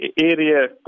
area